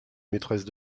maîtresse